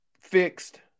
fixed